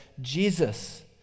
Jesus